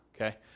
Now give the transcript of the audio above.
Okay